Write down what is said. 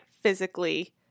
physically